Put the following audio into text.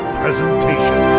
presentation